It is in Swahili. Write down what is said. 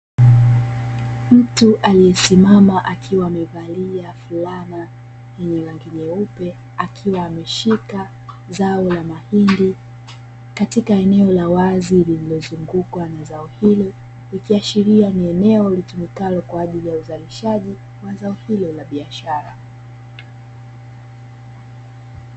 Mtu aliyesimama akiwa amevalia fulana yenye rangi nyeupe, akiwa ameshika zao la mahindi. Katika eneo la wazi lililozungukwa na zao hilo, ikiashiria ni eneo litumikalo kwa ajili ya uzalishaji wa zao hilo la biashara.